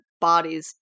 bodies